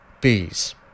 bees